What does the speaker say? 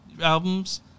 albums